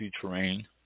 terrain